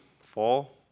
fall